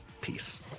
Peace